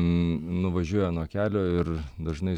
nuvažiuoja nuo kelio ir dažnai